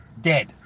Dead